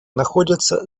находятся